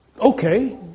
okay